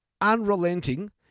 unrelenting